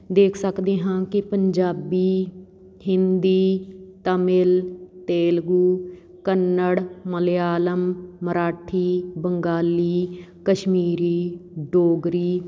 ਦੇਖ ਸਕਦੇ ਹਾਂ ਕਿ ਪੰਜਾਬੀ ਹਿੰਦੀ ਤਾਮਿਲ ਤੇਲਗੂ ਕੰਨੜ ਮਲਿਆਲਮ ਮਰਾਠੀ ਬੰਗਾਲੀ ਕਸ਼ਮੀਰੀ ਡੋਗਰੀ